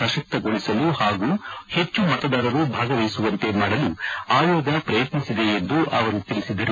ಸಶಕ್ತಗೊಳಿಸಲು ಹಾಗೂ ಹೆಚ್ಚು ಮತದಾರರು ಭಾಗವಹಿಸುವಂತೆ ಮಾಡಲು ಆಯೋಗ ಪ್ರಯತ್ನಿಸಿದೆ ಎಂದು ಅವರು ತಿಳಿಸಿದರು